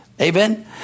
Amen